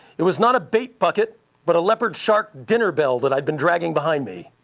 it was not a bait bucket but a leopard shark dinner bell that i'd been dragging behind me.